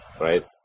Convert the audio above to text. Right